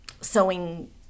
sewing